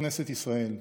כנסת ישראל.